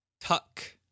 Tuck